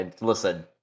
listen